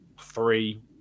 three